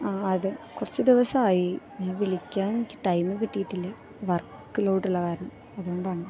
ആ അത് കുറച്ച് ദിവസമായി വിളിക്കാൻ എനിക്ക് ടൈമ് കിട്ടിയിട്ടില്ല വർക്ക് ലോഡ് ഉള്ളത് കാരണം അതുകൊണ്ടാണ്